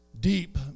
deep